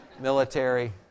military